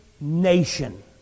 Nation